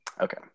Okay